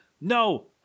No